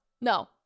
No